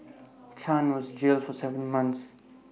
chan was jailed for Seven months